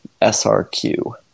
s-r-q